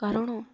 କାରଣ